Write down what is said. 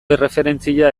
erreferentzia